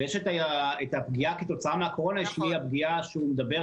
ויש את הפגיעה כתוצאה מהקורונה שהיא הפגיעה שהוא מדבר